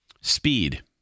speed